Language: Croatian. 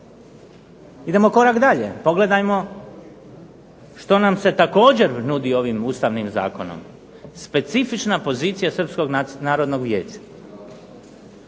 Idemo korak dalje. Pogledajmo što nam se također nudi ovim Ustavnim zakonom? Specifična pozicija Srpskog narodnog vijeća.